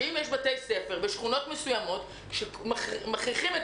שאם יש בתי ספר בשכונות מסוימות שמכריחים את